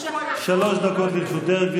שלוש דקות לרשותך,